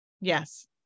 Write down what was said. Yes